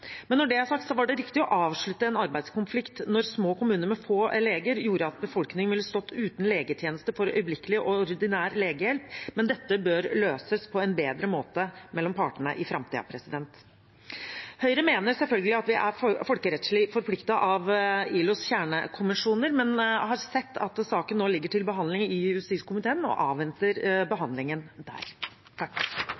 Når det er sagt, var det riktig å avslutte en arbeidskonflikt når små kommuner med få leger gjorde at befolkningen ville stått uten legetjenester for øyeblikkelig og ordinær legehjelp, men dette bør løses på en bedre måte mellom partene i framtiden. Høyre mener selvfølgelig at vi er folkerettslig forpliktet av ILOs kjernekonvensjoner, men har sett at saken nå ligger til behandling i justiskomiteen og avventer